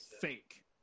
fake